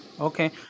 Okay